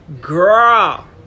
Girl